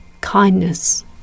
kindness